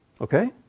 Okay